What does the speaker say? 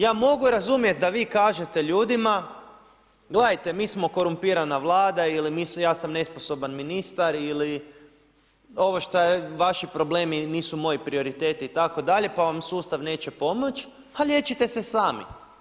Ja mogu razumjeti da vi kažete ljudima, gledajte mi smo korumpirana Vlada ili ja sam nesposoban ministar ili ovo što je, vaši problemi nisu moji prioriteti itd., pa vam sustav neće pomoći, pa liječite se sami.